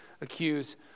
accuse